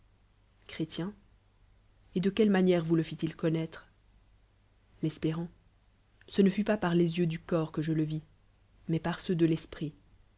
et de quelle manière vous le fit-il connohre l'espér ce ne fut pas par les yeux du corps que je le vis mais par ceux de l'esprit